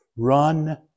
Run